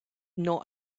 not